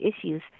issues